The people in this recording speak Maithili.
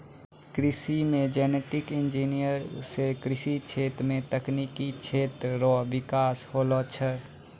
कृषि मे जेनेटिक इंजीनियर से कृषि क्षेत्र मे तकनिकी क्षेत्र रो बिकास होलो छै